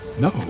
no.